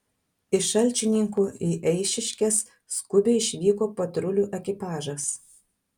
iš šalčininkų į eišiškes skubiai išvyko patrulių ekipažas